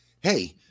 hey –